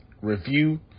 review